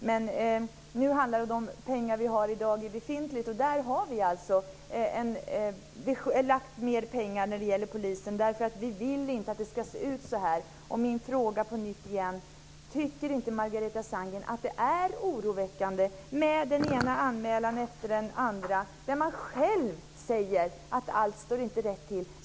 Men nu handlar det om de befintliga pengar som vi har i dag, och vi har avsatt mer pengar till polisen därför att vi vill inte att det ska se ut så här. Min fråga på nytt igen: Tycker inte Margareta Sandgren att det är oroväckande med den ena anmälan efter den andra, där man själv säger att allt inte står rätt till?